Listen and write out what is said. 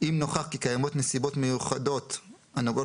אם נוכח כי קיימות נסיבות מיוחדות הנוגעות